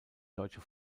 deutsche